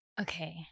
Okay